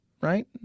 Right